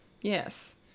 yes